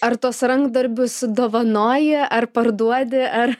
ar tuos rankdarbius dovanoji ar parduodi ar